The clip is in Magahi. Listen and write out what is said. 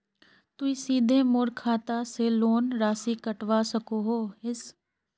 तुई सीधे मोर खाता से लोन राशि कटवा सकोहो हिस?